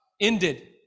ended